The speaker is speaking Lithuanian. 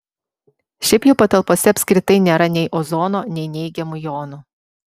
šiaip jau patalpose apskritai nėra nei ozono nei neigiamų jonų